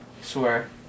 Swear